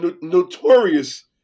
notorious